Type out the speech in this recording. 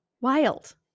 wild